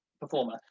performer